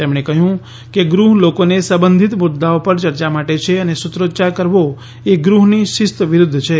તેમણે કહ્યું કે ગૃહ લોકોને સંબંધિત મુદ્દાઓ પર ચર્ચા માટે છે અને સૂત્રોચ્યાર કરવો એ ગૃહની શિસ્ત વિરુદ્ધ છે